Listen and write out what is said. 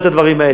לא לשלם את זה.